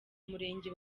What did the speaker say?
murenge